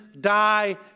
die